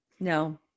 No